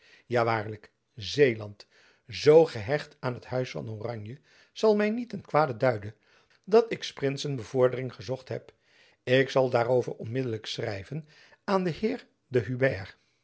ja waarlijk zeeland zoo gehecht aan het huis van oranje zal my niet ten kwade duiden dat ik s prinsen bevordering gezocht heb ik zal daarover onmiddelijk schrijven aan den heer de huybert